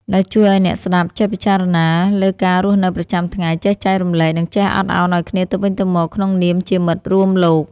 ដែលជួយឱ្យអ្នកស្តាប់ចេះពិចារណាលើការរស់នៅប្រចាំថ្ងៃ ចេះចែករំលែក និងចេះអត់ឱនឱ្យគ្នាទៅវិញទៅមកក្នុងនាមជាមិត្តរួមលោក។